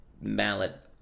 mallet